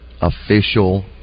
official